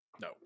No